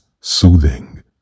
soothing